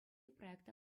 проекта